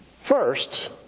first